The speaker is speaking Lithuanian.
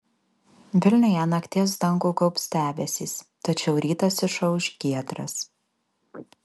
vilniuje nakties dangų gaubs debesys tačiau rytas išauš giedras